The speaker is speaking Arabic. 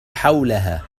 حولها